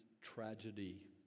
tragedy